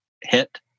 hit